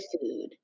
food